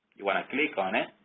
you want to click on it